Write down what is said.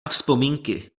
vzpomínky